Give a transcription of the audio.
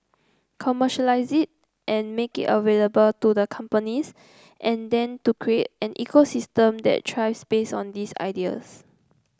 commercialise and make it available to the companies and then to create an ecosystem that thrives based on these ideas